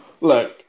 look